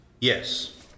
Yes